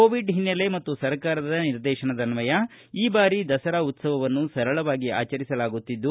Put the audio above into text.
Covid ಹಿನ್ನೆಲೆ ಮತ್ತು ಸರ್ಕಾರದ ನಿರ್ದೇಶನದನ್ವಯ ಈ ಬಾರಿ ದಸರಾ ಉತ್ಸವವನ್ನು ಸರಳವಾಗಿ ಆಚರಿಸಲಾಗುತ್ತಿದ್ದು